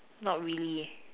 not really